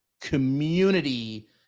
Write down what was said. community